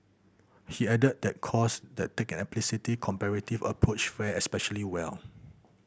he added that course that take an explicitly comparative approach fare especially well